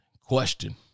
question